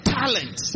talent